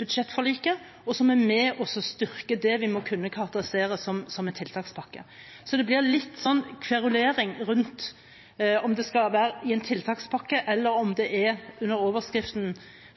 budsjettforliket og er med å styrke det vi må kunne karakterisere som en tiltakspakke. Så det blir litt kverulering rundt om det skal være i en tiltakspakke, eller om det er under overskriften